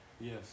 Yes